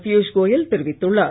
பியூஷ் கோயல் தெரிவித்துள்ளார்